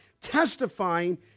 testifying